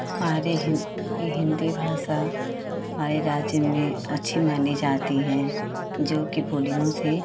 हमारे यह हिन्दी भाषा हमारे राज्य में अच्छी मानी जाती हैं जोकि बोलियों से